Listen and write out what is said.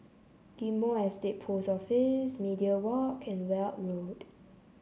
Ghim Moh Estate Post Office Media Walk and Weld Road